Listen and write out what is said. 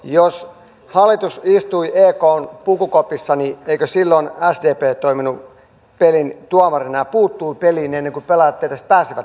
jos hallitus istui ekn pukukopissa niin eikö silloin sdp toiminut pelin tuomarina ja puuttunut peliin ennen kuin pelaajat edes pääsivät pelikentälle